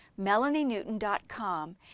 melanienewton.com